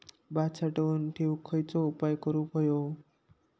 भात साठवून ठेवूक खयचे उपाय करूक व्हये?